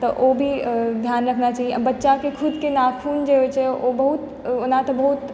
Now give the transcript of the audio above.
तऽ ओ भी ध्यान रखना चाही बच्चाके खुदके नाखून जे होइ छै ओ बहुत ओना तऽ बहुत